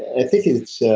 i think it's.